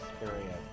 experience